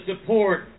support